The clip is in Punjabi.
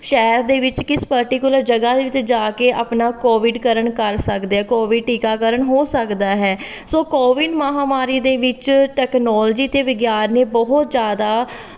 ਸ਼ਹਿਰ ਦੇ ਵਿੱਚ ਕਿਸ ਪਰਟੀਕੁਲਰ ਜਗ੍ਹਾ ਦੇ ਉੱਤੇ ਜਾ ਕੇ ਆਪਣਾ ਕੋਵਿਡ ਕਰਨ ਕਰ ਸਕਦੇ ਹਾਂ ਕੋਵਿਡ ਟੀਕਾਕਰਨ ਹੋ ਸਕਦਾ ਹੈ ਸੋ ਕੋਵਿਡ ਮਹਾਂਮਾਰੀ ਦੇ ਵਿੱਚ ਟੈਕਨੋਲਜੀ ਅਤੇ ਵਿਗਿਆਨ ਨੇ ਬਹੁਤ ਜ਼ਿਆਦਾ